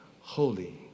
holy